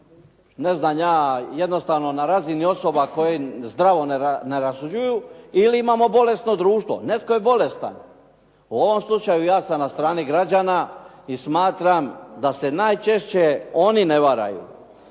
ne znam ja na razini osoba koji zdravo ne rasuđuju ili imamo bolesno društvo. Netko je bolestan. U ovom slučaju ja sam na strani građana i smatram da se najčešće oni ne varaju.